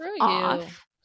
off